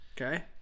Okay